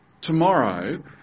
tomorrow